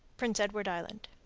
prince edward island.